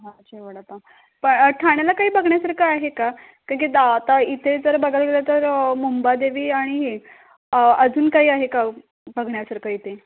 अच्छा वडापाव पं ठाण्याला काही बघण्यासारखं आहे का कारण की दाता इथे जर बघायला गेलं तर मुंबादेवी आणि हे अजून काही आहे का बघण्यासारखं इथे